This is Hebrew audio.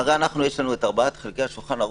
הרי יש לנו את ארבעת חלקי השולחן ערוך,